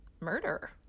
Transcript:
murder